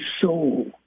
soul